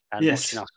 Yes